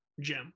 jim